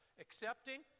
Accepting